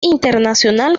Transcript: internacional